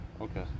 Okay